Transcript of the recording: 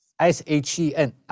S-H-E-N